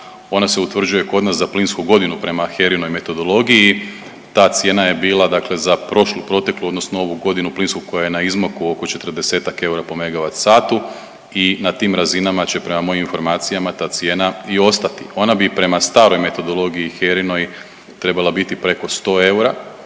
ona se utvrđenje kod nas za plinsku godinu prema HERI-noj metodologiji. Ta cijene je bila dakle za prošlu, proteklu odnosno ovu godinu plinsku koja je na izmaku oko 40-ak eura po megavatsatu i na tim razinama će prema mojom informacijama ta cijena i ostati. Ona bi prema staroj metodologijom HERI-noj trebala biti preko 100 eura,